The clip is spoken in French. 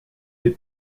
les